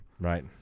Right